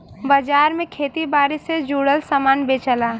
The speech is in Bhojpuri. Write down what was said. बाजार में खेती बारी से जुड़ल सामान बेचला